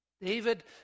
David